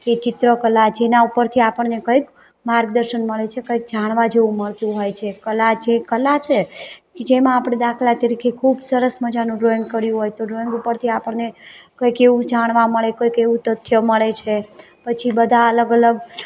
કે ચિત્રકલા જેનાં ઉપરથી આપણને કંઈક માર્ગદર્શન મળે છે કંઈક જાણવા જેવું મળતું હોય છે કલા જે કલા છે જેમાં આપણને દાખલા તરીકે ખૂબ સરસ મજાનું ડ્રોઈંગ કર્યું હોય તો ડ્રોઈંગ ઉપરથી આપણને કંઈક એવું જાણવા મળે કંઈક એવું તથ્ય મળે છે પછી બધા અલગ અલગ